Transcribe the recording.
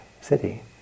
city